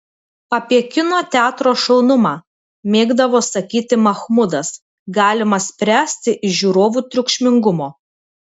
apie kino teatro šaunumą mėgdavo sakyti mahmudas galima spręsti iš žiūrovų triukšmingumo